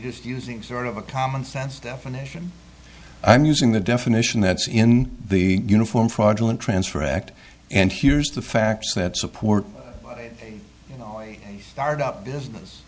just using sort of a common sense definition i'm using the definition that's in the uniform fraudulent transfer act and here's the facts that support startup business